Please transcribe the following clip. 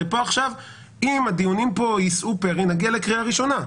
הרי אם הדיונים יישאו פרי, נגיע לקריאה הראשונה.